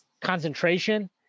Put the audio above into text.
concentration